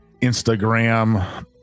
Instagram